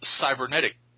cybernetic